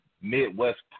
Midwest